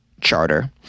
charter